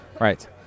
Right